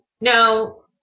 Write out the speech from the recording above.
No